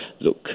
look